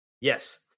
Yes